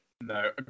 No